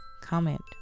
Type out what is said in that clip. comment